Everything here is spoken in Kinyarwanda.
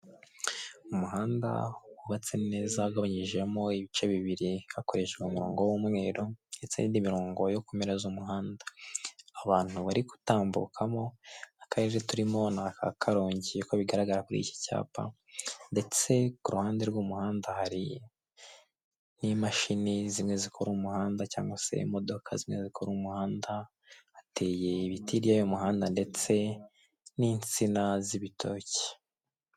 Umuhanda wubatse neza, ugabanyijemo ibice bibiri hakoreshejwe umurongo w'umweru ndetse n'indi mirongo yo ku mpera z'umuhanda, abantu bari gutambukamo, akarere turimo ni aka Karongi uko bigaragara kuri iki cyapa ndetse ku ruhande rw'umuhanda hari n'imashini zimwe zikora umuhanda cyangwa se imodoka zimwe zikora umuhanda, hateye ibiti hirya y'uwo muhanda ndetse n'insina z'ibitoki.